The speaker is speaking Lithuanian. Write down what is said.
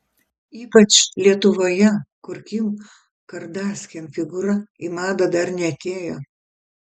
ypač lietuvoje kur kim kardashian figūra į madą dar neatėjo